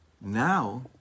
Now